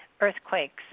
earthquakes